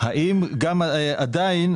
האם עדיין